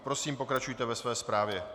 Prosím, pokračujte ve své zprávě.